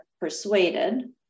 persuaded